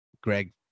Greg